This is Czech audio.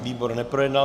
Výbor neprojednal.